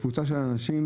תיפגע קבוצה של אנשים